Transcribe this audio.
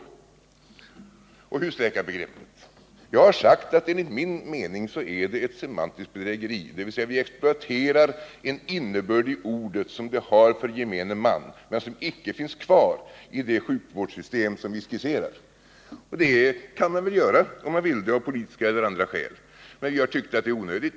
I fråga om husläkarbegreppet har jag sagt att det enligt min mening är ett semantiskt bedrägeri. Man exploaterar en innebörd som ordet har för gemene man men som icke finns kvar i det sjukvårdssystem som vi skisserar. Det kan man väl göra om man vill —av politiska eller andra skäl. Vi har tyckt att det är onödigt.